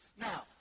Now